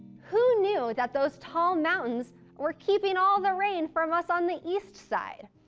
who knew that those tall mountains were keeping all the rain from us on the east side?